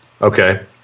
Okay